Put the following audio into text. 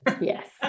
yes